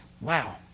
Wow